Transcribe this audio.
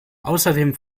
außerdem